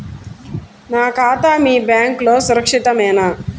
నా ఖాతా మీ బ్యాంక్లో సురక్షితమేనా?